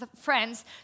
friends